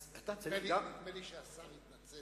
אתה צריך גם, נדמה לי שהשר התנצל.